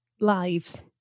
lives